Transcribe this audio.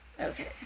Okay